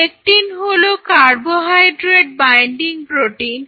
lectin হলো carbohydrate binding protein